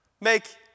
make